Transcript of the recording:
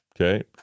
Okay